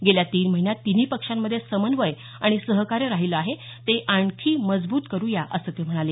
गेल्या तीन महिन्यात तिन्ही पक्षांमधे समन्वय आणि सहकार्य राहिलं आहे ते आणखी मजबूत करू या असं ते म्हणाले